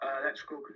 Electrical